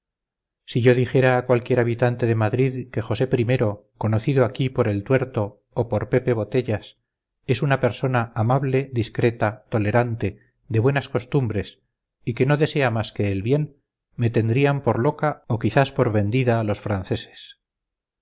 si yo dijera a cualquier habitante de madrid que josé i conocido aquí por el tuerto o por pepe botellas es una persona amable discreta tolerante de buenas costumbres y que no desea más que el bien me tendrían por loca o quizás por vendida a los franceses